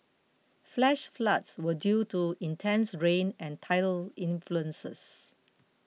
flash floods were due to intense rain and tidal influences